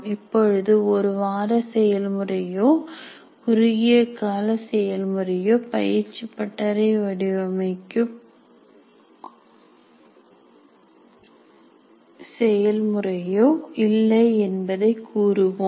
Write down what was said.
இப்பொழுது ஒருவார செயல்முறையோ குறுகியகால செயல் முறையோ பயிற்சி பட்டறை வடிவமைக்கும் செயல் முறையோ இல்லை என்பதை கூறுவோம்